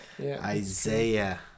Isaiah